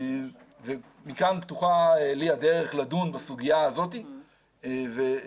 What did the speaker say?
מכאן פתוחה לי הדרך לדון בסוגיה הזאת ולשקול